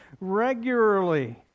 regularly